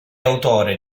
autore